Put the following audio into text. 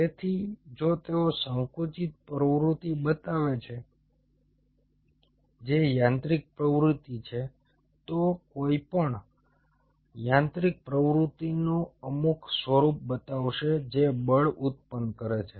તેથી જો તેઓ સંકુચિત પ્રવૃત્તિ બતાવે છે જે યાંત્રિક પ્રવૃત્તિ છે તો કંઈપણ યાંત્રિક પ્રવૃત્તિનું અમુક સ્વરૂપ બતાવશે જે બળ ઉત્પન્ન કરે છે